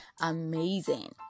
amazing